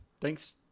thanks